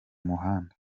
muhanda